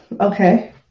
okay